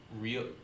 real